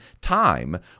time